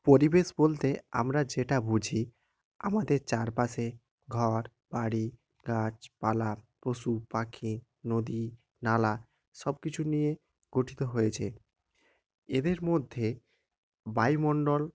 পরিবেশ বলতে আমরা যেটা বুঝি আমাদের চারপাশে ঘর বাড়ি গাছপালা পশু পাখি নদী নালা সব কিছু নিয়ে গঠিত হয়েছে এদের মধ্যে বায়ুমন্ডল